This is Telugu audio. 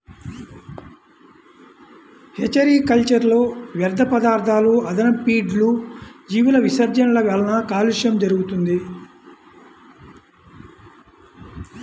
హేచరీ కల్చర్లో వ్యర్థపదార్థాలు, అదనపు ఫీడ్లు, జీవుల విసర్జనల వలన కాలుష్యం జరుగుతుంది